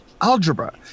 algebra